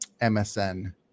MSN